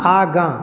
आगाँ